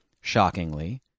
shockingly